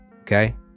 okay